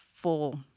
full